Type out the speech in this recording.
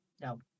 No